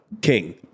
King